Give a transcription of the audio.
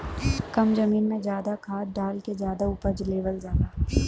कम जमीन में जादा खाद डाल के जादा उपज लेवल जाला